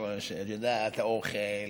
אוכל,